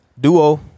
Duo